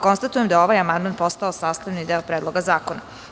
Konstatujem da je ovaj amandman postao sastavni deo Predloga zakona.